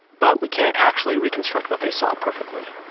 but we can't actually reconstruct what they saw perfectly.